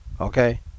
Okay